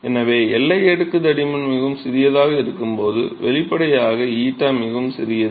எனவே எல்லை அடுக்கு தடிமன் மிகவும் சிறியதாக இருக்கும்போது வெளிப்படையாக 𝞰 மிகவும் சிறியது